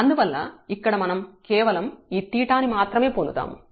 అందువల్ల ఇక్కడ మనం కేవలం ఈ 𝜃 ని మాత్రమే పొందుతాము